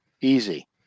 Easy